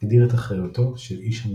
הגדיר את אחריותו של "איש המותג"